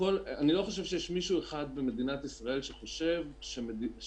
אני לא חושב שיש מישהו אחד במדינת ישראל שחושב שהמדינה